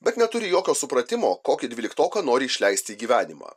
bet neturi jokio supratimo kokį dvyliktoką nori išleisti į gyvenimą